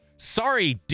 Sorry